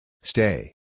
Stay